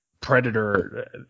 Predator